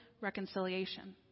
reconciliation